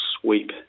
sweep